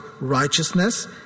righteousness